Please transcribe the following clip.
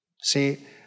see